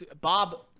Bob –